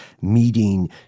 meeting